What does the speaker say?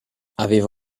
aveva